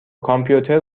کامپیوتر